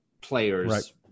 players